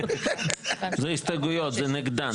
זה הסתייגויות, זה נגדן.